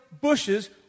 bushes